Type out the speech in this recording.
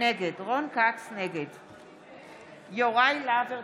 נגד יוראי להב הרצנו,